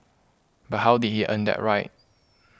but how did he earn that right